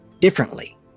differently